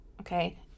Okay